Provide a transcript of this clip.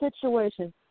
situation